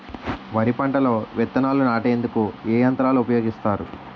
వరి పంటలో విత్తనాలు నాటేందుకు ఏ యంత్రాలు ఉపయోగిస్తారు?